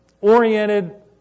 oriented